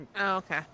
okay